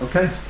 Okay